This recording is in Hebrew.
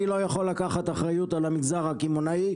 אני לא יכול לקחת אחריות על המגזר הקמעונאי,